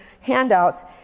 handouts